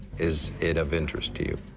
is it of interest to you?